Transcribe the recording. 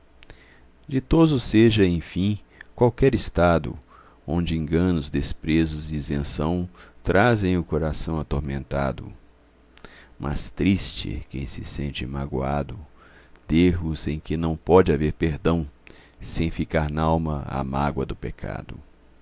sente ditoso seja enfim qualquer estado onde enganos desprezos e isenção trazem o coração atormentado mas triste quem se sente magoado d'erros em que não pode haver perdão sem ficar n'alma a mágoa do pecado